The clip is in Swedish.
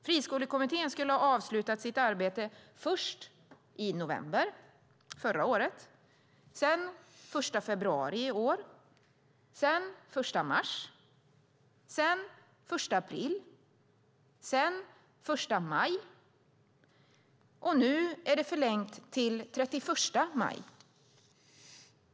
Friskolekommittén skulle ha avslutat sitt arbete först i november förra året, sedan den 1 februari i år, sedan den 1 mars, sedan den 1 april, sedan den 1 maj, och nu är det förlängt till den 31 maj.